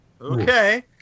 Okay